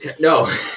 No